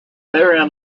therein